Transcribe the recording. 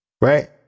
right